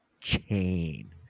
chain